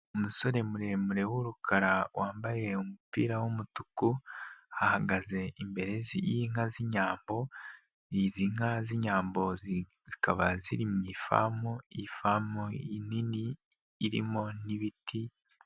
Umusore muremure w'urumukara wambaye umupira w'umutuku ahagaze imbere y'inka z'inyambo, izi nka z'inyambo zikaba ziri mu ifamu, ifamu nini irimo n'ibiti.